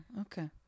okay